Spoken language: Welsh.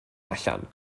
allan